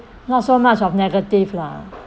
not so much of negative lah